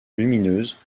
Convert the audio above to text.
lumineuse